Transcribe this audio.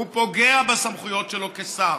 הוא פוגע בסמכויות שלו כשר.